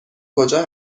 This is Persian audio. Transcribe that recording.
کجا